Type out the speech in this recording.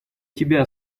тебя